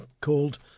called